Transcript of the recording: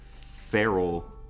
feral